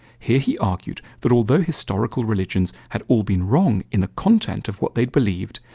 here he argued that although historical religions had all been wrong in the content of what they believed,